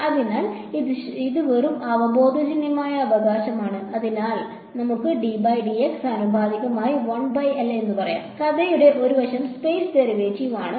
അതിനാൽ ഇത് വെറും അവബോധജന്യമായ അവകാശമാണ് അതിനാൽ നമുക്ക് ആനുപാതികമായി പറയാം കഥയുടെ ഒരു വശം സ്പേസ് ഡെറിവേറ്റീവ് ആണ്